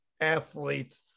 athlete